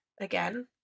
again